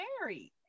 married